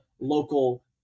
local